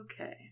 okay